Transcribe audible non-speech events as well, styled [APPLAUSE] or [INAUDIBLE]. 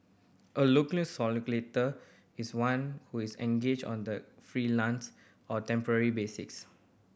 a locum [UNINTELLIGIBLE] is one who is engaged on the freelance or temporary basics